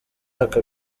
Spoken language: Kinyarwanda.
aka